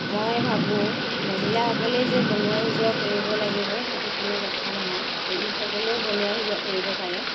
মই ভাৱোঁ মহিলাসকলে যে বনোৱা সিজোৱা কৰিব লাগিব সেইটো কোনো কথা নহয় পুৰুষসকলেও বনোৱা সিজোৱা কৰিব পাৰে